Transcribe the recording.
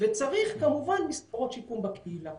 וצריך כמובן מסגרות שיקום בקהילה.